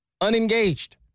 unengaged